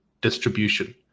distribution